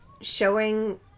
showing